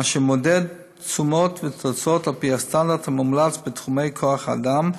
אשר מודד תשומות ותוצאות על פי הסטנדרט המומלץ בתחומי כוח האדם,